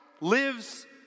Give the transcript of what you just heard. lives